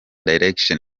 direction